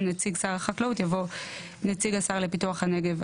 "נציג שר החקלאות" יבוא "נציג השר לפיתוח הנגב,